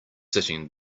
sitting